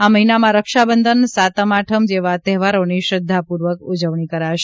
આ મહિનામાં રક્ષાબંધન સાતમ આઠમ જેવા તહેવારોની શ્રધ્ધાપુર્વક ઉજવણી કરાશે